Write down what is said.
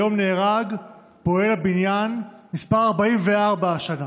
היום נהרג פועל בניין מס' 44 השנה.